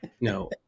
no